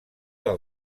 del